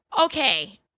Okay